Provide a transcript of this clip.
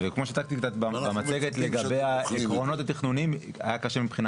וכמו שהצגתי במצגת לגבי העקרונות התכנוניים היה קשה מבחינה